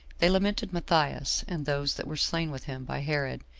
they lamented matthias, and those that were slain with him by herod,